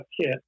kit